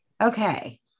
Okay